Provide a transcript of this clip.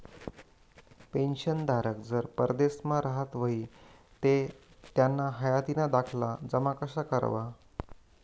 पेंशनधारक जर परदेसमा राहत व्हयी ते त्याना हायातीना दाखला जमा कशा करवा?